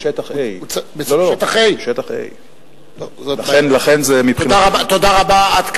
שטח A. לכן זה, שטח A. תודה, עד כאן.